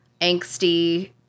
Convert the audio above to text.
angsty